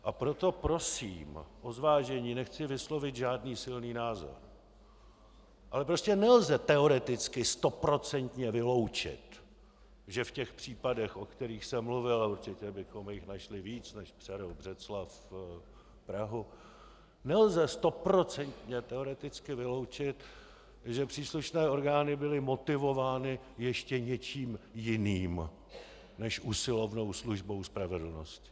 A proto prosím o zvážení, nechci vyslovit žádný silný názor, ale prostě nelze teoreticky stoprocentně vyloučit, že v těch případech, o kterých jsem mluvil, a určitě bychom jich našli víc než Přerov, Břeclav, Prahu, nelze stoprocentně teoreticky vyloučit, že příslušné orgány byly motivovány ještě něčím jiným než usilovnou službou spravedlnosti.